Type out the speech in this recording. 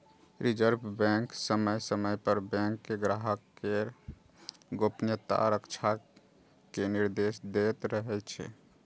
reserve bank समय समय पर बैंक कें ग्राहक केर गोपनीयताक रक्षा के निर्देश दैत रहै छै